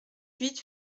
huit